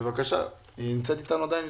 בבקשה, היא נמצאת איתנו כאן עדיין?